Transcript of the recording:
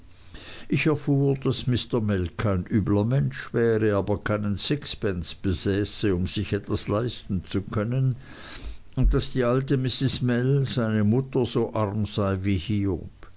ich erfuhr daß mr mell kein übler mensch wäre aber keinen sixpence besäße um sich etwas leisten zu können und daß die alte mrs mell seine mutter so arm sei wie hiob